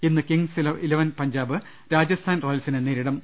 ഇന്ന് Kings Eleven Punjab Rajasthan റോയൽസിനെ നേരിടും